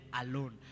alone